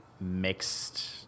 mixed